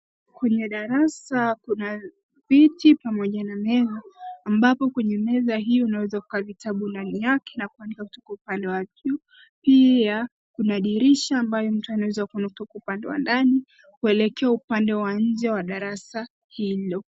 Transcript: Kwenye darasa kuna viti pamoja na meza, ambapo kwenye meza hii unaweza kuweka vitabu ndani yake na kuandika kutoka upande wa juu. Pia, kuna dirisha ambayo mtu anaweza kuona kutoka upande wa ndani kuelekea upande wa nje wa darasa hilo.